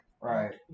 Right